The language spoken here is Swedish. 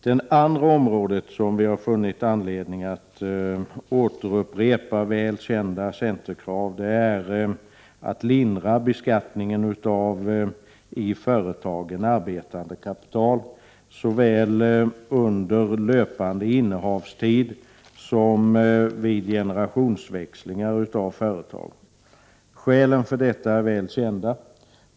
Den andra punkten där vi har funnit anledning att upprepa väl kända centerkrav gäller att lindra beskattningen av i företagen arbetande kapital, såväl under löpande innehavstid som vid generationsväxlingar. Skälen till detta är väl kända.